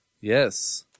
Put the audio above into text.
Yes